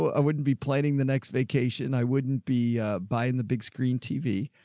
i wouldn't be planning the next vacation. i wouldn't be buying the big screen tv.